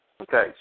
Okay